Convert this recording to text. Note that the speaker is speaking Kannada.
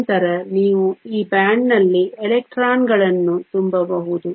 ನಂತರ ನೀವು ಈ ಬ್ಯಾಂಡ್ನಲ್ಲಿ ಎಲೆಕ್ಟ್ರಾನ್ಗಳನ್ನು ತುಂಬಬಹುದು